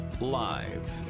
Live